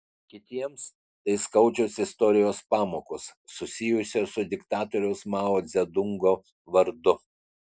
kitiems tai skaudžios istorijos pamokos susijusios su diktatoriaus mao dzedungo vardu